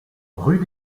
rue